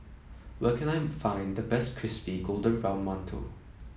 where can I find the best Crispy Golden Brown Mantou